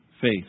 Faith